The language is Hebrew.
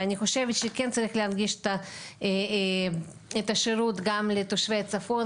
אני חושבת שכן צריך להנגיש את השירות גם לתושבי הצפון.